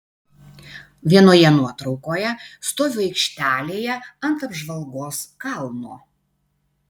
vienoje nuotraukoje stoviu aikštelėje ant apžvalgos kalno